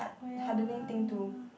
oh ya